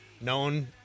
known